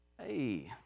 Hey